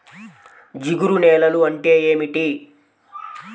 జిగురు నేలలు అంటే ఏమిటీ?